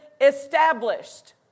established